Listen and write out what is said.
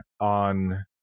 on